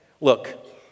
look